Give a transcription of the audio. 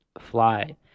fly